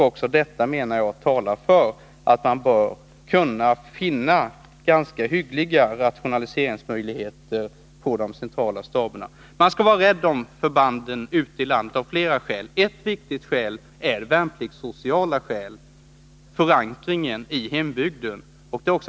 Också detta, menar jag, talar för att man bör kunna finna ganska hyggliga rationaliseringsmöjligheter på de centrala myndigheterna. Man skall vara rädd om förbanden ute i landet av flera skäl. Ett viktigt skäl är värnpliktssocialt: förankringen i hembygden.